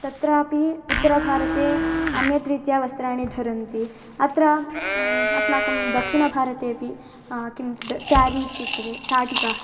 तत्रापि उत्तरभारते अन्यरीत्या वस्त्राणि धरन्ति अत्र अस्माकं दक्षिणभारतेऽपि किं तद् स्यारी इत्युच्यते शाटिका